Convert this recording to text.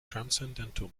transcendental